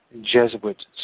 Jesuit